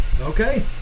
Okay